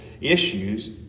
issues